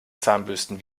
zahnbürsten